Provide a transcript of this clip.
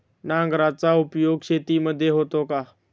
नांगराचा उपयोग शेतीमध्ये होतो का?